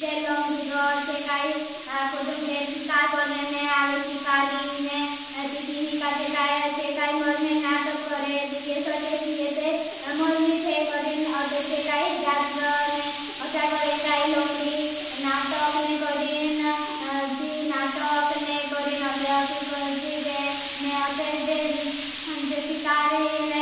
जे लोम्डी रो चे काई कुदं तेर शिकार करने आवे। शिकारी ने ती तीनी का जे काई चे काई मरने नाठक करे। ती ये सोचे की ये ते मरली चे करेन। अते चे काई जातर ने असा करेन काई लोम्डी नाठकने करेन। ती नाठकने करेन अते असी को जीवे ने अते। जे जे शिकारी ने